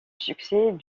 succès